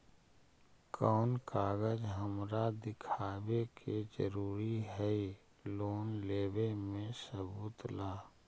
कौन कागज हमरा दिखावे के जरूरी हई लोन लेवे में सबूत ला?